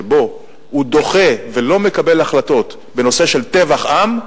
שבו הוא דוחה ולא מקבל החלטות בנושא של טבח עם,